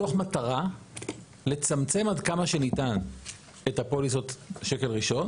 מתוך מטרה לצמצם עד כמה שניתן את הפוליסות שקל ראשון